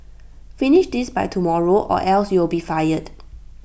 finish this by tomorrow or else you'll be fired